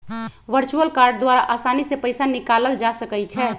virtual card द्वारा असानी से पइसा निकालल जा सकइ छै